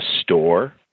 store